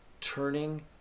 Turning